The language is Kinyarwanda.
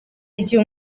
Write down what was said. igihe